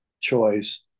choice